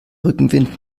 rückenwind